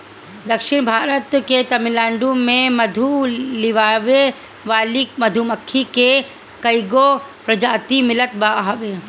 दक्षिण भारत के तमिलनाडु में मधु लियावे वाली मधुमक्खी के कईगो प्रजाति मिलत बावे